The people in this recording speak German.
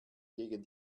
gegen